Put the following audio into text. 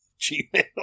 gmail